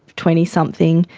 twenty something,